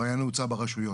הבעיה נעוצה ברשויות.